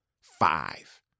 Five